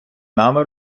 нами